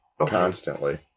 constantly